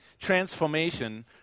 transformation